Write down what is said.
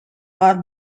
are